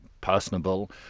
personable